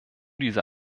diese